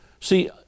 See